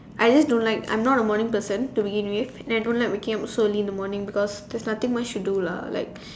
I just don't like I'm not a morning person to begin with and I don't like waking up so early in the morning because there's nothing much to do lah like